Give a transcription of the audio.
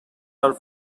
are